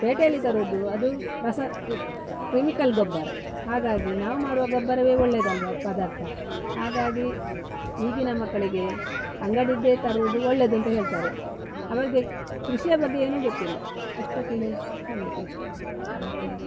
ಪೇಟೆಯಲ್ಲಿ ತರೋದು ಅದು ರಸ ಕೆಮಿಕಲ್ ಗೊಬ್ಬರ ಹಾಗಾಗಿ ನಾವು ಮಾಡುವ ಗೊಬ್ಬರವೇ ಒಳ್ಳೆದಲ್ವಾ ಪದಾರ್ಥ ಹಾಗಾಗಿ ಈಗಿನ ಮಕ್ಕಳಿಗೆ ಅಂಗಡಿದ್ದೇ ತರುವುದು ಒಳ್ಳೇದು ಅಂತ ಹೇಳ್ತಾರೆ ಅವರಿಗೆ ಕೃಷಿಯ ಬಗ್ಗೆ ಏನು ಗೊತ್ತಿಲ್ಲ ಅಷ್ಟಕ್ಕೆ ಹೇಳಲಿಕ್ಕೆ ಇಷ್ಟ